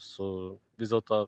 su vis dėlto